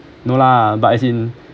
no lah but as in